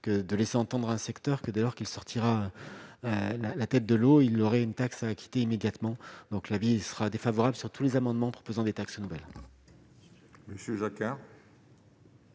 que de laisser entendre un secteur que dès lors qu'il sortira la tête de l'eau, il aurait une taxe à quitter immédiatement donc l'avis sera défavorable sur tous les amendements proposant des taxes nouvelles.